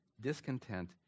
discontent